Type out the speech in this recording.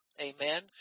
Amen